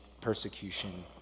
persecution